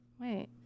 Wait